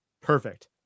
perfect